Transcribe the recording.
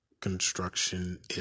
construction